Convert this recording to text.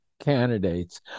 Candidates